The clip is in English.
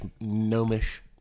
gnomish